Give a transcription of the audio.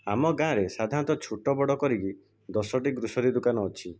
ଆମ ଗାଁ'ରେ ସାଧାରଣତ ଛୋଟ ବଡ଼ କରିକି ଦଶଟି ଗ୍ରୋସରୀ ଦୋକାନ ଅଛି